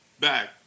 back